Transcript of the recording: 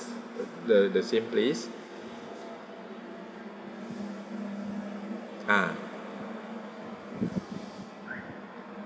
the the same place ah